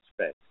space